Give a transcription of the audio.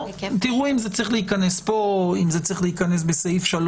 תראו אם זה צריך להיכנס פה או בסעיף 3